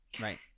Right